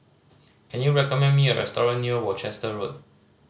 can you recommend me a restaurant near Worcester Road